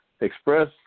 express